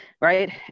right